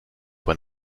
when